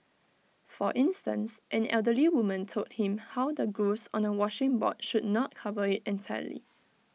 for instance an elderly woman told him how the grooves on A washing board should not cover IT entirely